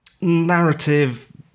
narrative